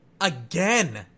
Again